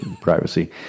privacy